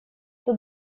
тут